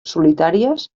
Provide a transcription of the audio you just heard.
solitàries